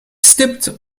stipt